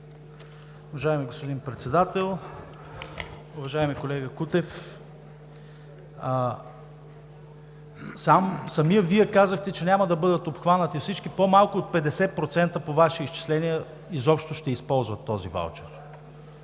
Уважаеми господин Председател! Уважаеми колега Кутев, самият Вие казахте, че няма да бъдат обхванати всички. По-малко от 50% по Ваши изчисления изобщо ще използват този ваучер,